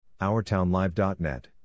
OurTownLive.net